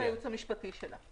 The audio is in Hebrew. זה על דעת הייעוץ המשפטי שלנו.